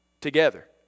together